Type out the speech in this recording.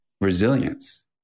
resilience